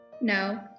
No